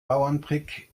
bauerntrick